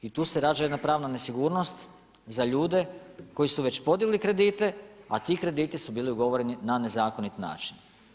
I tu se rađa jedna pravna nesigurnost za ljude koji su već podigli kredite a ti krediti su bili ugovoreni na nezakonit način.